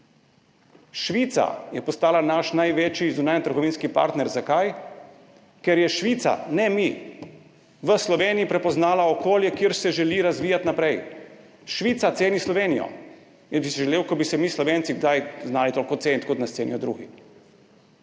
Švica je postala naš največji zunanjetrgovinski partner. Zakaj? Ker je Švica, ne mi, v Sloveniji prepoznala okolje, kjer se želi razvijati naprej. Švica ceni Slovenijo. Jaz bi si želel, da bi se mi Slovenci kdaj znali toliko ceniti, kot nas cenijo drugi.